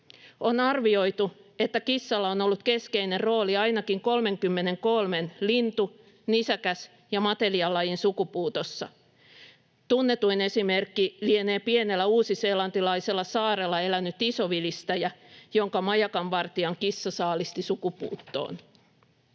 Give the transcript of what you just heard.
On arvioitu, että kissalla on ollut keskeinen rooli ainakin 33:n lintu-, nisäkäs- ja matelijalajin sukupuutossa. Tunnetuin esimerkki lienee pienellä uusiseelantilaisella saarella elänyt isovilistäjä, jonka majakanvartijan kissa saalisti sukupuuttoon.